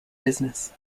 business